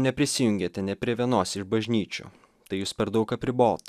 neprisijungiate ne prie vienos iš bažnyčių tai jus per daug apribot